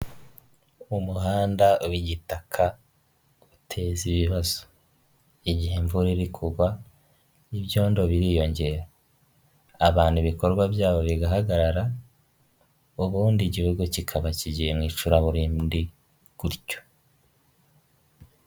Umuhanda w'igitaka uteza ibibazo igihe imvura iri kugwa, ibyondo biriyongera abantu ibikorwa byabo bigahagarara ubundi igihugu kikaba kigiye mu icuraburindi gutyo.